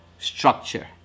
structure